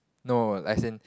no as in